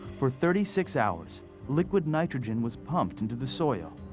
for thirty six hours liquid nitrogen was pumped into the soil.